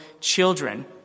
children